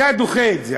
אתה דוחה את זה.